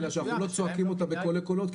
אלא שאנחנו לא צועקים אותה בקולי קולות,